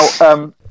Now